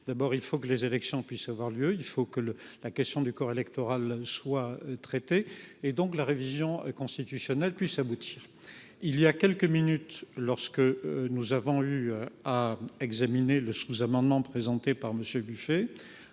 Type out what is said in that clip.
Il faut que les élections puissent avoir lieu, donc que la question du corps électoral soit traitée et que la révision constitutionnelle aboutisse. Tout à l’heure, lorsque nous avons eu à examiner le sous amendement présenté par M. Buffet,